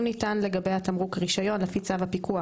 אם ניתן לגבי התמרוק רישיון לפי צו הפיקוח